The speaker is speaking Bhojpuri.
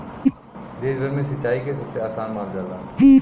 देश भर में सिंचाई के सबसे आसान मानल जाला